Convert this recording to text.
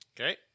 Okay